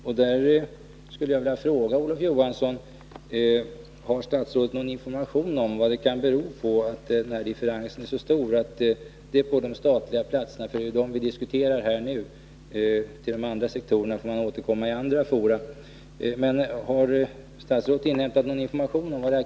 Och jag skulle vilja fråga Olof Johansson: Har statsrådet över huvud taget någon information om vad det kan bero på att differensen är så stor mellan anmälda och tillsatta statliga platser? Det är ju dem vi diskuterar nu — de andra sektorerna får vi återkomma till i andra fora.